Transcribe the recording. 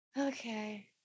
okay